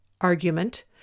argument